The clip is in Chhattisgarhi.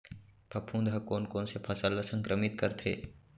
फफूंद ह कोन कोन से फसल ल संक्रमित करथे?